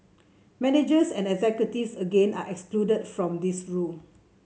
managers and executives again are excluded from this rule